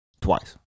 twice